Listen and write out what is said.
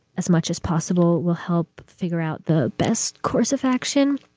as much as possible will help figure out the best course of action.